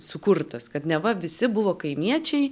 sukurtas kad neva visi buvo kaimiečiai